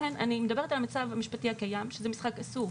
לכן אני מדברת על המצב המשפטי הקיים שזה משחק אסור.